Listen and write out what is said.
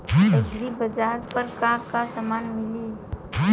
एग्रीबाजार पर का का समान मिली?